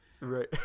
right